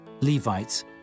Levites